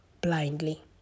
blindly